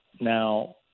Now